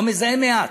או מזהם מעט.